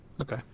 Okay